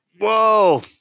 Whoa